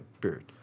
period